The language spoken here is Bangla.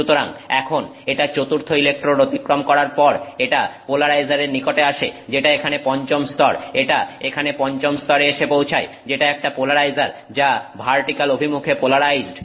সুতরাং এখন এটা চতুর্থ ইলেকট্রোড অতিক্রম করার পর এটা পোলারাইজারের নিকটে আসে যেটা এখানে পঞ্চম স্তর এটা এখানে পঞ্চম স্তরে এসে পৌঁছায় যেটা একটা পোলারাইজার যা ভার্টিক্যাল অভিমুখে পোলারাইজড